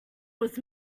was